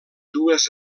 dues